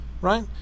right